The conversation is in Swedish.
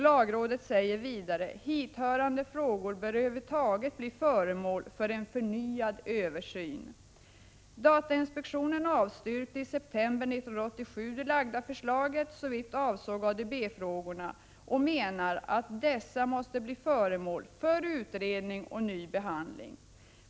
Lagrådet säger också: Hithörande frågor bör över huvud taget bli föremål för en förnyad översyn. Datainspektionen avstyrkte i september 1987 det lagda förslaget såvitt avsåg ADB-frågorna och menar att dessa måste bli föremål för utredning och ny behandling.